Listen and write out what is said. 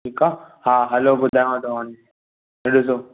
ठीकु आहे हा हलो ॿुधायांव थो हाणे ॾिसो